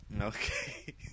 Okay